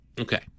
Okay